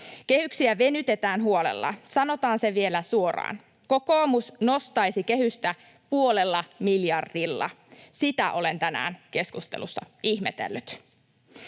Kehyksiä venytetään huolella. Sanotaan se vielä suoraan: Kokoomus nostaisi kehystä puolella miljardilla. Sitä olen tänään keskustelussa ihmetellyt.